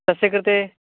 तस्य कृते